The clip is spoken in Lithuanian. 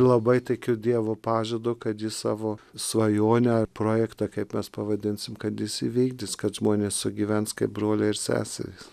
labai tikiu dievo pažadu kad jis savo svajonę projektą kaip mes pavadinsim kad jis įvykdys kad žmonės sugyvens kaip broliai ir seserys